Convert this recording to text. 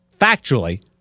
factually